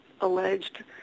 alleged